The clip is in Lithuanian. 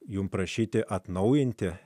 jums prašyti atnaujinti